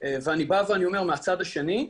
ואני אומר מהצד השני,